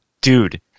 Dude